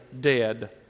dead